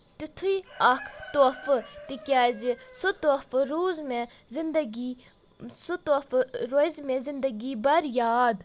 تیُتُھے اکھ تحفہٕ تِکیٛازِ سہُ تحفہٕ روٗز مےٚ زندگی سُہ تحفہٕ روزِمےٚ زِنٛدگی بر یاد